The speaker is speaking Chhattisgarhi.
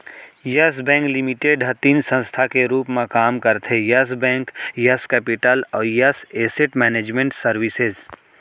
यस बेंक लिमिटेड ह तीन संस्था के रूप म काम करथे यस बेंक, यस केपिटल अउ यस एसेट मैनेजमेंट सरविसेज